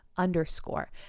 underscore